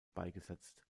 beigesetzt